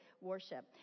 worship